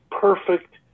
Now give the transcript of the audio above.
perfect